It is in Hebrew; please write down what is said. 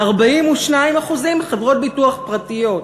ל-42% חברות ביטוח פרטיות.